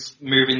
moving